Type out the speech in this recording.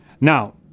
Now